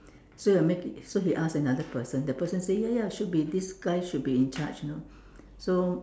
so you're making so he ask another person that person say ya ya should be this guy should be in charge you know so